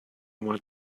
want